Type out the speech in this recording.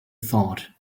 thought